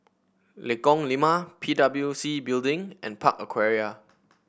Lengkong Lima P W C Building and Park Aquaria